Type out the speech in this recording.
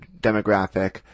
demographic